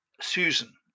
Susan